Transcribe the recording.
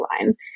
line